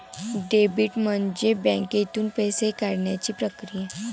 debit म्हणजे बँकेतून पैसे काढण्याची प्रक्रिया